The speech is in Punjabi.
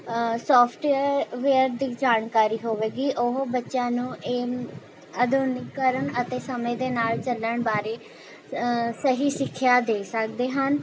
ਸੋਫਟਵੇਅਰ ਦੀ ਜਾਣਕਾਰੀ ਹੋਵੇਗੀ ਉਹ ਬੱਚਿਆਂ ਨੂੰ ਇਹ ਆਧੁਨਿਕੀਕਰਨ ਅਤੇ ਸਮੇਂ ਦੇ ਨਾਲ ਚੱਲਣ ਬਾਰੇ ਸਹੀ ਸਿੱਖਿਆ ਦੇ ਸਕਦੇ ਹਨ